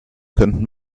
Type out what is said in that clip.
könnten